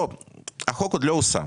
החוק עוד לא יושם,